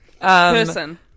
Person